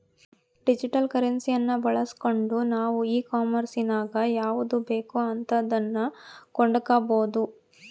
digital ಕರೆನ್ಸಿಯನ್ನ ಬಳಸ್ಗಂಡು ನಾವು ಈ ಕಾಂಮೆರ್ಸಿನಗ ಯಾವುದು ಬೇಕೋ ಅಂತದನ್ನ ಕೊಂಡಕಬೊದು